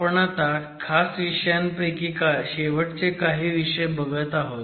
आपण आता खास विषयांपैकी शेवटचे काही विषय बघत आहोत